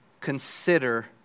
consider